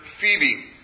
Phoebe